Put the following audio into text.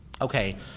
okay